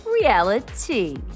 reality